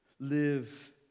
Live